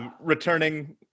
returning